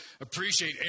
appreciate